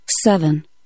seven